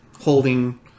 holding